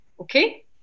okay